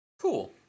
Cool